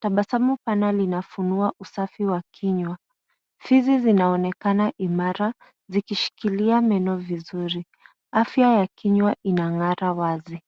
Tabasamu pana linafunua usafi wa kinywa, fizi zinaonekana imara zikishikilia meno vizuri, afya ya kinywa inag'ara wazi.